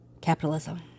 capitalism